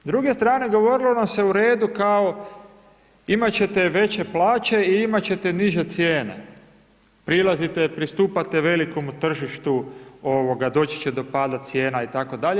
S druge strane govorilo nam se u redu imat ćete veće plaće i imat ćete niže cijene, prilazite pristupate velikom tržištu ovoga doći će do pada cijena itd.